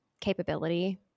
capability